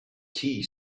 tea